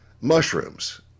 mushrooms